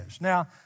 Now